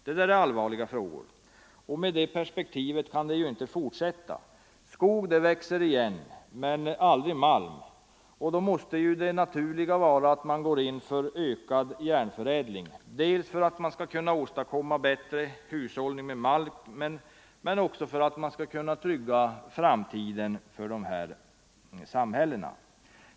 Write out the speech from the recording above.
Det där är allvarliga frågor, och man kan ju inte fortsätta så här. Skog växer igen, men aldrig malm. Då måste det naturliga vara att man går in för ökad järnförädling, dels för att åstadkomma bättre hushållning med malmen, dels för att trygga framtiden för de här samhällena.